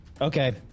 Okay